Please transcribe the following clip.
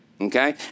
okay